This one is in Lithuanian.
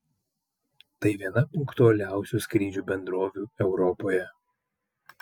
tai viena punktualiausių skrydžių bendrovių europoje